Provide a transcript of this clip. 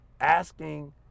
asking